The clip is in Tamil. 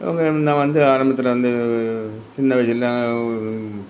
அவங்க நான் வந்து ஆரம்பத்தில் வந்து சின்ன வயசுலாம் ஒரு